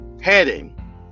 heading